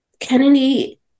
Kennedy